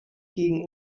gegen